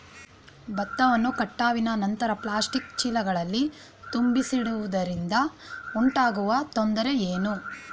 ಭತ್ತವನ್ನು ಕಟಾವಿನ ನಂತರ ಪ್ಲಾಸ್ಟಿಕ್ ಚೀಲಗಳಲ್ಲಿ ತುಂಬಿಸಿಡುವುದರಿಂದ ಉಂಟಾಗುವ ತೊಂದರೆ ಏನು?